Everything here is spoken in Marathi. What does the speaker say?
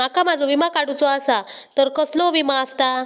माका माझो विमा काडुचो असा तर कसलो विमा आस्ता?